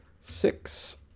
Six